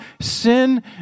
sin